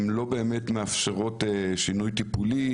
לא באמת מאפשר שינוי טיפולי,